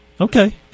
Okay